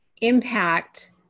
impact